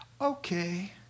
okay